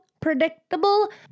predictable